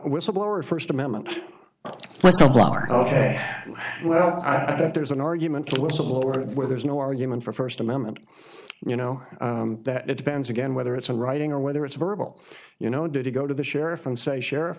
whistleblower first amendment so far ok well there's an argument a little order where there's no argument for first amendment you know that it depends again whether it's a writing or whether it's verbal you know do they go to the sheriff and say sheriff